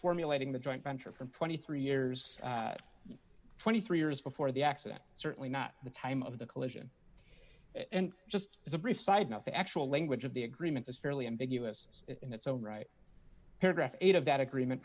formulating the joint venture from twenty three years twenty three years before the accident certainly not the time of the collision and just as a brief side note the actual language of the agreement is fairly ambiguous in its own right paragraph eight of that agreement